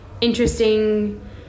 interesting